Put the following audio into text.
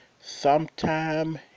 sometime